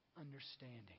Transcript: understanding